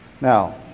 now